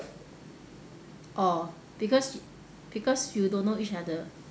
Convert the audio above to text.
orh because because you don't know each other